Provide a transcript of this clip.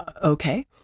okay,